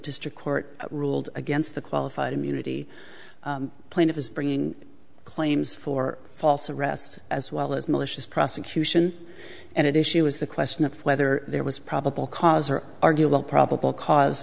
district court ruled against the qualified immunity plaintiff is bringing claims for false arrest as well as malicious prosecution and it issue is the question of whether there was probable cause or arguable probable cause